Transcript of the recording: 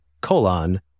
colon